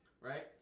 right